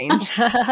change